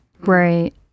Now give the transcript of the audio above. Right